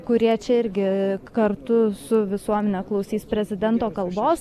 kurie čia irgi kartu su visuomene klausys prezidento kalbos